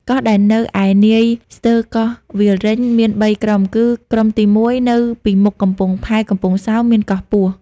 កោះដែលនៅឯនាយស្ទើរកោះវាលរេញ មាន ៣ ក្រុមគឺ ក្រុមទីមួយ នៅពីមុខកំពង់ផែកំពង់សោម មានកោះពស់ ។